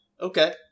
Okay